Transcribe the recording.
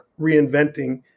reinventing